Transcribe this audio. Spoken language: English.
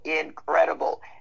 incredible